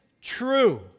true